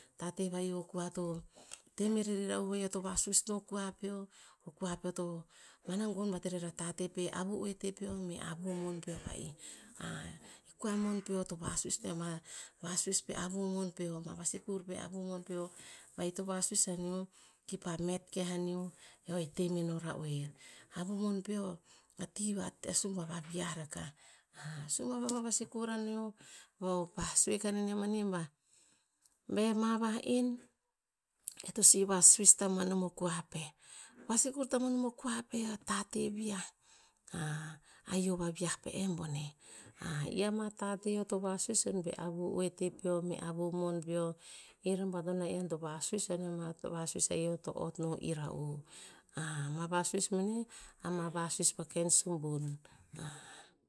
Tate va'ih o koa, to temere ira'u va'ih eoto vasus no koa peo, o koa peo to, pa'ena gon bat rer a tate pe avu oete peo, avu mon peo va'ih. E koa mon peo to vasus no ia ama vasus pe avu mon peo, ma vasikur pe avu mon peo, va'ih to vasuis o anio ki pah met keh anio, e eo hetemeno ra oer. Avu mon peo, ati va e subuav a viah akah, subuav a vavasikur aneo, va'uh pah sue kanenio manih bah, be ma va'en, e to si vasus tamoan nom o koa peh, vasikur tamoan nom o koa peh a tate viah, a hio vaviah pe eh boneh. i ama tate eo to vasus oin pe avu oete peo, me avu mon peo, ir a buaton na'ian to vasus o aneneo a tate boneh va'ih eoto ot ino ira'u. ama vasus boneh, ama vasus pa ken subun